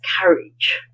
courage